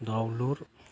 दाउलुर